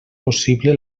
possible